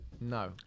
No